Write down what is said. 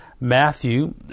Matthew